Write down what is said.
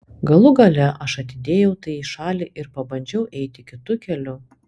galų gale aš atidėjau tai į šalį ir pabandžiau eiti kitu keliu